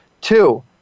Two